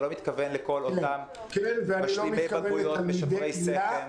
אתה לא מתכוון לכל משלימי הבגרויות -- אני לא מתכוון לתלמידי היל"ה.